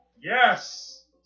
Yes